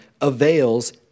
avails